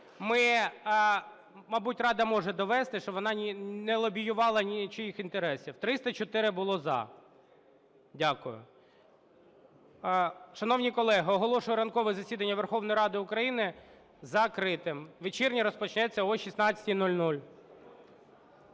мабуть, Рада може довести, що вона не лобіювала нічиїх інтересів, 304 було - за. Дякую. Шановні колеги, оголошую ранкове засідання Верховної Ради України закритим. Вечірнє розпочнеться о 16:00.